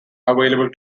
available